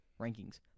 Rankings